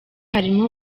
harimo